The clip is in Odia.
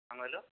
କ'ଣ କହିଲୁ